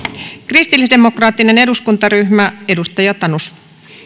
kristillisdemokraattinen eduskuntaryhmä edustaja tanus